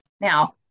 Now